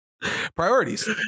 Priorities